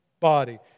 body